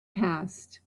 passed